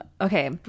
Okay